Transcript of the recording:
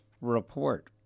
report